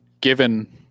given